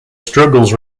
struggles